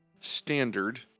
standard